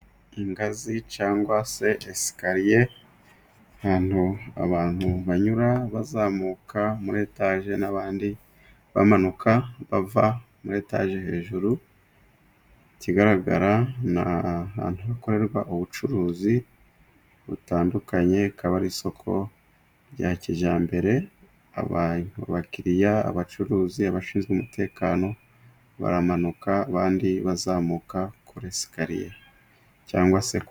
Ingazi cyangwa se esikariye ahantu abantu banyura bazamuka , muri etage n'abandi bamanuka bava muri etage hejuru, ikigaragara n'ahantu hakorerwa ubucuruzi butandukanye, rikaba ari isoko rya kijyambere abakiriya, abacuruzi, abashinzwe umutekano baramanuka abandi bazamuka Kuri sikariye cyangwa se koko.